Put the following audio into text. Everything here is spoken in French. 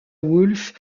woolf